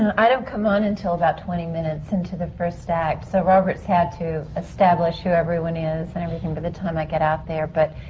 i don't come on until about twenty minutes into the first act. so robert's had to establish who everyone is and everything by the time i get out there. but.